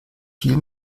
viel